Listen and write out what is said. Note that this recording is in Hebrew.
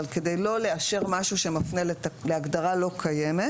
כדי לא לאשר משהו שמפנה להגדרה לא קיימת